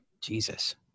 Jesus